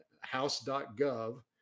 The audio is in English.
house.gov